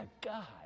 God